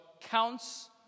counts